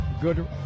good